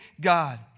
God